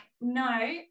no